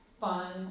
fun